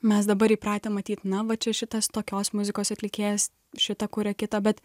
mes dabar įpratę matyt na va čia šitas tokios muzikos atlikėjas šita kuria kitą bet